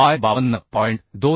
bye 52